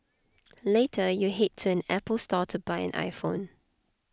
later you head to an Apple Store to buy an iPhone